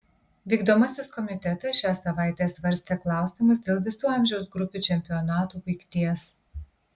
vykdomasis komitetas šią savaitę svarstė klausimus dėl visų amžiaus grupių čempionatų baigties